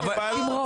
תרמוס.